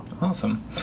Awesome